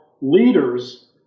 leaders